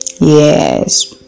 Yes